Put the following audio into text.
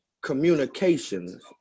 communications